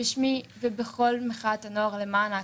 בשמי ועם כל מחאת הנוער למען האקלים,